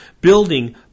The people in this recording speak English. building